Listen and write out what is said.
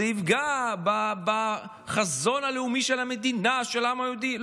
זה יפגע בחזון הלאומי של המדינה של העם היהודי,